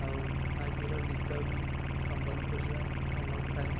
ଆଉ ଆଜିର ଗୀତ ବି ସମ୍ବଲପୁରରେ ଫେମସ୍ ଥାଏ